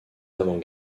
avant